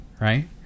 right